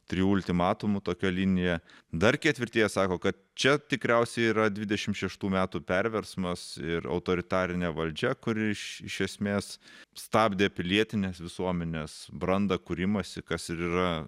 trijų ultimatumų tokia linija dar ketvirtieji sako kad čia tikriausiai yra dvidešimt šeštų metų perversmas ir autoritarine valdžia kuri iš iš esmės stabdė pilietinės visuomenės brandą kūrimąsi kas ir yra